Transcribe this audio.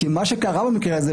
כי מה שקרה במקרה הזה,